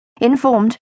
informed